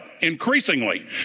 increasingly